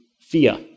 fear